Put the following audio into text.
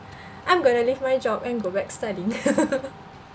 I'm gonna leave my job and go back studying